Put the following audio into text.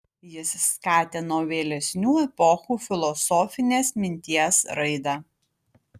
jis skatino vėlesnių epochų filosofinės minties raidą